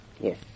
Yes